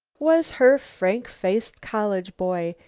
was her frank-faced college boy,